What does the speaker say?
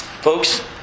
Folks